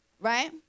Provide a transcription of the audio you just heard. Right